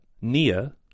Nia